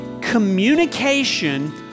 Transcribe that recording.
communication